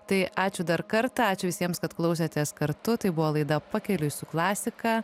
tai ačiū dar kartą ačiū visiems kad klausėtės kartu tai buvo laida pakeliui su klasika